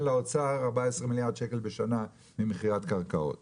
לאוצר 14 מיליארד שקל בשנה ממכירת קרקעות.